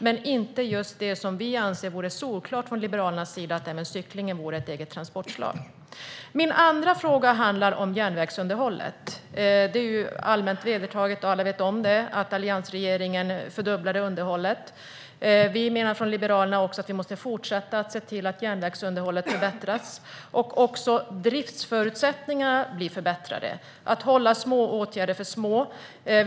Det kan man dock inte för cykling, vilken vi liberaler anser självklart borde vara ett eget transportslag. Min andra fråga handlar om järnvägsunderhållet. Det är allmänt vedertaget - alla vet om det - att alliansregeringen fördubblade underhållet. Liberalerna menar dessutom att vi måste fortsätta att se till att järnvägsunderhållet förbättras. Även driftsförutsättningarna behöver förbättras. Små åtgärder ska hållas små.